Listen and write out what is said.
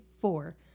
four